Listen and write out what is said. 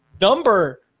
number